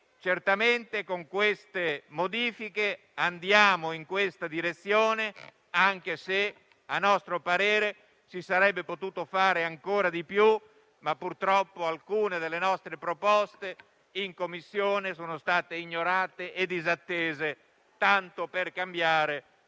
Certamente, con queste modifiche andiamo in questa direzione, anche se, a nostro parere, si sarebbe potuto fare ancora di più. Purtroppo, però, alcune delle nostre proposte in Commissione sono state ignorate e disattese dalla